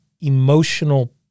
emotional